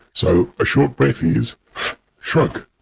so a short breath is shrug'.